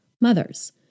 mothers